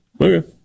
Okay